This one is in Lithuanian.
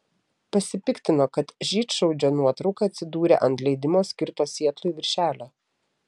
pasipiktino kad žydšaudžio nuotrauka atsidūrė ant leidimo skirto sietlui viršelio